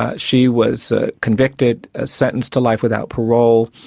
ah she was ah convicted, ah sentenced to life without parole,